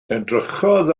edrychodd